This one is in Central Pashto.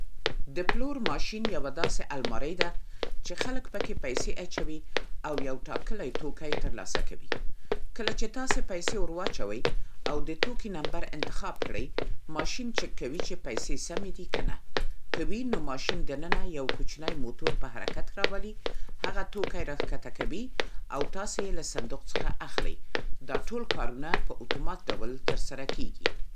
د پلور ماشین یوه داسې المارۍ ده چې خلک پکې پیسې اچوي او یو ټاکلی توکی ترلاسه کوي. کله چې تاسې پیسې ورواچوئ او د توکي نمبر انتخاب کړئ، ماشین چک کوي چې پیسې سمې دي که نه. که وي، نو ماشین دننه یو کوچنی موتور په حرکت راولي، هغه توکی راښکته کوي، او تاسې یې له صندوق څخه اخلی. دا ټول کارونه په اوتومات ډول ترسره کېږي.